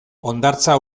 hondartza